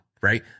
right